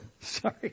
sorry